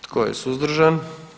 Tko je suzdržan?